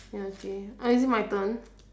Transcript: ya okay uh is it my turn